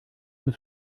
mit